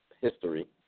history